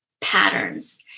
patterns